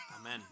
Amen